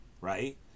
right